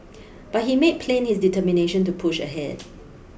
but he made plain his determination to push ahead